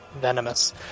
venomous